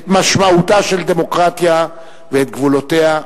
את משמעותה של דמוקרטיה ואת גבולותיה,